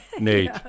Nate